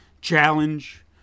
challenge